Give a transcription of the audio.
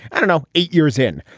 i don't know, eight years in.